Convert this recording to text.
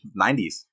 90s